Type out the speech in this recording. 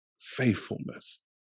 faithfulness